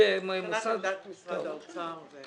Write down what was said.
מבחינת עמדת משרד האוצר זה...